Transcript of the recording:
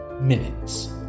minutes